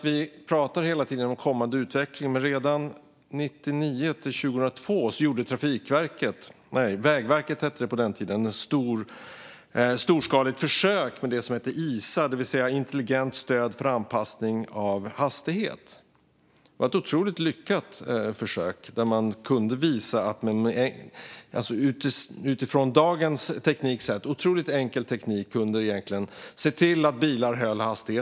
Vi talar hela tiden om kommande utveckling. Redan 1999-2002 gjorde Vägverket, som det hette på den tiden, ett storskaligt försök med det som hette ISA, det vill säga Intelligent stöd för anpassning av hastighet. Det var ett otroligt lyckat försök. Där kunde man visa att man med, utifrån dagens teknik sett, otroligt enkel teknik kunde se till att bilar höll hastigheten.